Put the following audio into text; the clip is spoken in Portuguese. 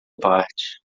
parte